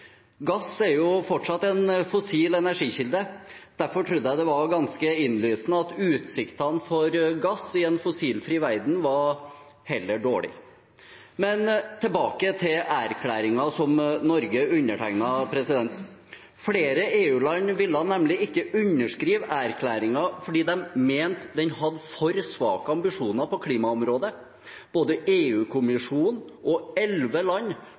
Gass er jo fortsatt en fossil energikilde. Derfor trodde jeg det var ganske innlysende at utsiktene for gass i en fossilfri verden var heller dårlige. Men tilbake til erklæringen som Norge undertegnet. Flere EU-land ville nemlig ikke underskrive erklæringen fordi de mente den hadde for svake ambisjoner på klimaområdet. Både EU-kommisjonen og elleve land,